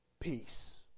peace